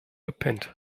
gepennt